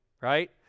right